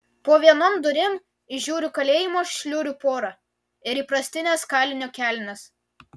po vienom durim įžiūriu kalėjimo šliurių porą ir įprastines kalinio kelnes